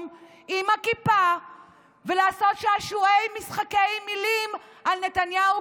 עם הכיפה ולעשות שעשועי ומשחקי מילים על נתניהו,